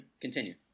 Continue